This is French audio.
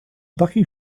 parking